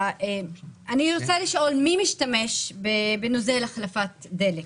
מי משתמש בנוזל החלפת דלק?